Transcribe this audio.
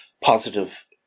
positive